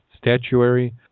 statuary